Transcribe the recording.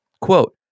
quote